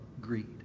greed